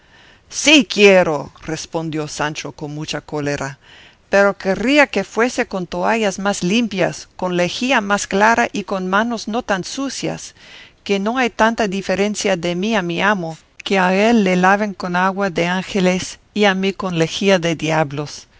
sí quiero respondió sancho con mucha cólera pero querría que fuese con toallas más limpias con lejía mas clara y con manos no tan sucias que no hay tanta diferencia de mí a mi amo que a él le laven con agua de ángeles y a mí con lejía de diablos